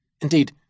indeed